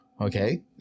Okay